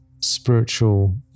spiritual